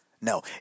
No